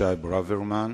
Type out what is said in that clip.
אבישי ברוורמן.